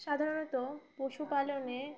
সাধারণত পশুপালনে